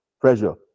pressure